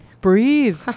Breathe